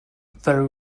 very